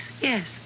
yes